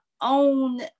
own